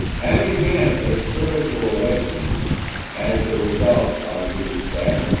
having had a spiritual awakening as the result of these steps,